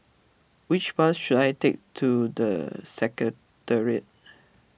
which bus should I take to the Secretariat